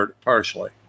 partially